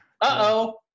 Uh-oh